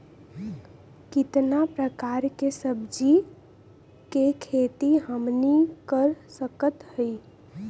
कितना प्रकार के सब्जी के खेती हमनी कर सकत हई?